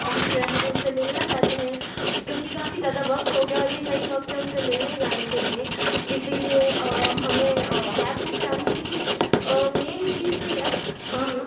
और हम उनसे मिलना चाहते हैं क्योंकि काफ़ी ज़्यादा वक्त हो गया है और ये सही वक्त है उनसे मिलने जाने के लिए इसलिए हमें कैब बुक करानी थी मेंन चीज तो ये हाँ हाँ